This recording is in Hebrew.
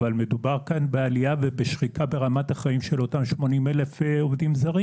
אבל מדובר כאן בעלייה ובשחיקה ברמת החיים של אותם 80,000 קשישים.